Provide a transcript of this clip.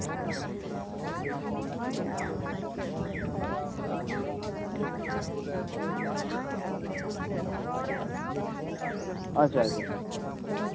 ᱟᱪᱪᱷᱟ ᱪᱷᱟ ᱪᱷᱟ